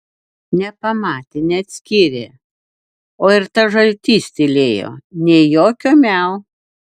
nepamatė neatskyrė o ir tas žaltys tylėjo nė jokio miau